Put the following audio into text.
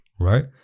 right